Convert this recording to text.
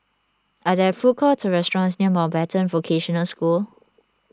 are there food courts or restaurants near Mountbatten Vocational School